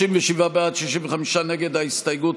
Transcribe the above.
הסתייגות